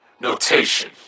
Notation